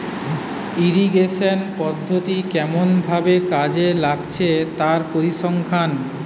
irrigation পদ্ধতি কেমন ভাবে কাজে লাগছে তার পরিসংখ্যান